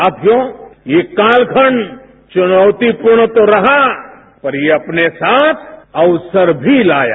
साथियों ये कालखंड चुनौतीपूर्ण तो रहा पर ये अपने साथ अवसर भी लाया